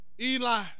Eli